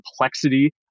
complexity